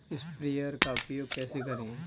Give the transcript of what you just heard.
Sprayer का उपयोग कैसे करें?